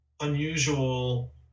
unusual